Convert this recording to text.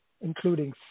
including